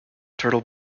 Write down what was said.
turtle